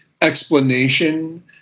explanation